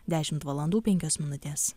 dešimt valandų penkios minutės